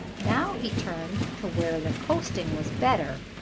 now he turned to where the coasting was better,